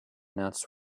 nuts